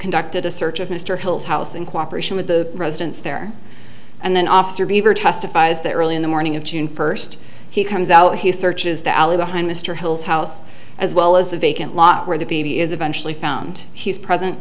conducted a search of mr hill's house in cooperation with the residents there and then officer beaver testifies that early in the morning of june first he comes out he searches the alley behind mr hill's house as well as the vacant lot where the baby is eventually found he's present